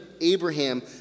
Abraham